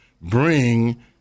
bring